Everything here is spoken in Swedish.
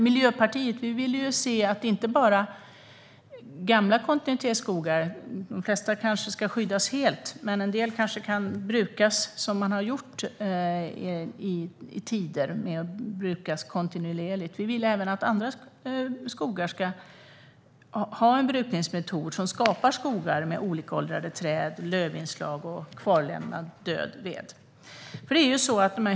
Miljöpartiet vill se att inte bara gamla kontinuitetsskogar - de flesta kanske ska skyddas helt, men en del kanske kan brukas kontinuerligt som man har gjort genom tiderna - utan även andra skogar ska ha en brukningsmetod som skapar skogar med olikåldrade träd, lövinslag och kvarlämnad död ved.